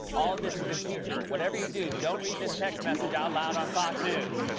all of this is impeachable. whatever you do, don't read this text message out loud on fox news.